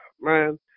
man